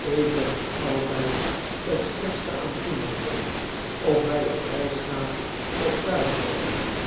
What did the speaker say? ik ben er altijd het slechtste aan toe mijnheer of wij opreisgaan of thuis blijven